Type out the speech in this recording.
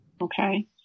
Okay